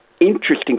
interesting